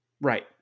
right